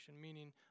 Meaning